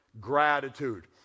gratitude